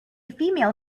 female